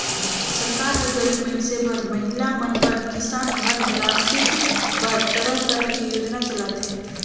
सरकार हर गरीब मइनसे बर, महिला मन बर, किसान घर निरासित बर तरह तरह के योजना चलाथे